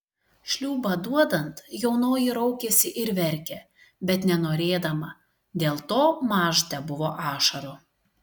šliūbą duodant jaunoji raukėsi ir verkė bet nenorėdama dėl to maž tebuvo ašarų